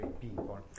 people